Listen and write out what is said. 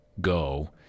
Go